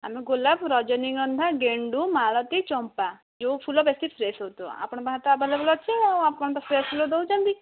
ଆମେ ଗୋଲାପ ରଜନୀଗନ୍ଧା ଗେଣ୍ଡୁ ମାଳତୀ ଚମ୍ପା ଯେଉଁ ଫୁଲ ବେଶୀ ଫ୍ରେସ୍ ହେଉଥିବ ଆପଣଙ୍କ ପାଖରେ ତ ଆଭେଲେବୁଲ୍ ଅଛି ଆଉ ଆପଣ ତ ଫ୍ରେସ୍ ଫୁଲ ଦେଉଛନ୍ତି